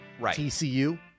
TCU